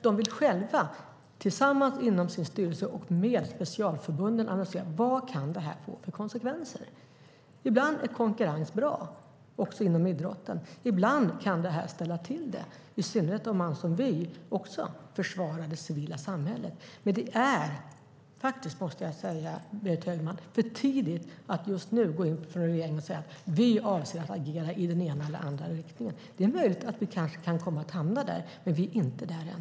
Riksidrottsförbundet vill själv inom sin styrelse och med specialförbunden analysera vad detta kan få för konsekvenser. Ibland är konkurrens bra också inom idrotten. Ibland kan den ställa till det, i synnerhet om man som vi också försvarar det civila samhället. Men, Berit Högman, det är för tidigt att just nu från regeringen säga att vi avser att agera i den ena eller den andra riktningen. Det är möjligt att vi kan hamna där, men vi är ännu inte där.